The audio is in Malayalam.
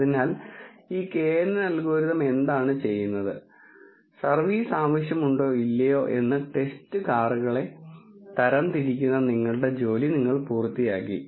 അതിനാൽ ഈ knn അൽഗോരിതം അതാണ് ചെയ്യുന്നത് സർവീസ് ആവശ്യമുണ്ടോ ഇല്ലയോ എന്ന് ടെസ്റ്റ് കാറുകളെ തരംതിരിക്കുന്ന നിങ്ങളുടെ ജോലി നിങ്ങൾ പൂർത്തിയാക്കി